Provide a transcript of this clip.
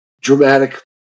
dramatic